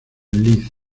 lic